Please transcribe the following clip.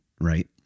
right